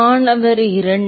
மாணவர் இரண்டு